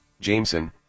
Jameson